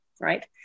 right